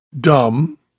dumb